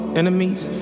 enemies